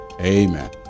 amen